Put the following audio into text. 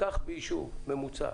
קח יישוב ממוצע.